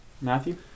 Matthew